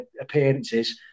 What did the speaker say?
appearances